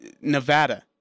Nevada